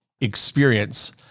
experience